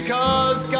Cause